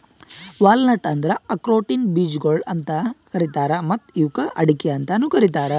walnut ಅಂದುರ್ ಆಕ್ರೋಟಿನ ಬೀಜಗೊಳ್ ಅಂತ್ ಕರೀತಾರ್ ಮತ್ತ ಇವುಕ್ ಅಡಿಕೆ ಅಂತನು ಕರಿತಾರ್